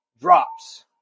drops